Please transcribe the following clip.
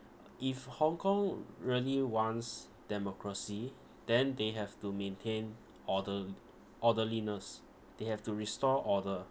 if hong kong really wants democracy then they have to maintain order orderliness they have to restore order